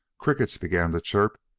crickets began to chirp,